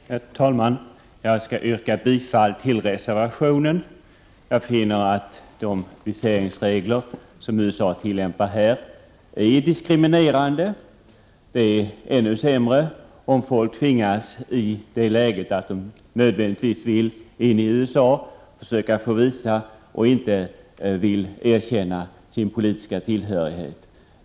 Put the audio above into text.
Herr talman! Jag skall yrka bifall till reservationen. Jag finner att de viseringsregler som USA tillämpar här är diskriminerande. Det är ännu sämre om folk i det läget att de nödvändigtvis vill in i USA tvingas försöka få visum men inte vill erkänna sin politiska tillhörighet.